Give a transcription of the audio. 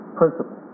principle